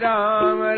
Ram